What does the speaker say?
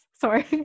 sorry